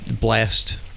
blast